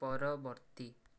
ପରବର୍ତ୍ତୀ